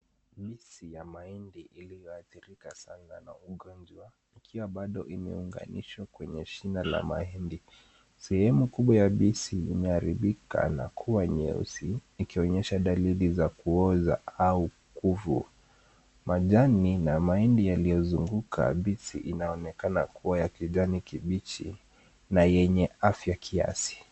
Bisi ya mahindi iliyoathirika sana na ugonjwa ikiwa bado imeunganishwa kwenye shina la mahindi, sehemu kubwa ya bisi imeharibika na kuwa nyeusi ikionyesha dalili za kuoza au kuvu. Majani na mahindi yaliyozunguka bisi inaonekana kuwa ya kijani kibichi na yenye afya kiasi.